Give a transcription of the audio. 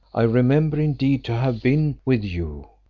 i remember indeed to have been with you,